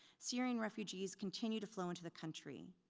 syrian refugees continue to flow into the country.